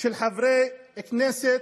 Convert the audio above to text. של חברי כנסת,